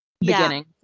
beginning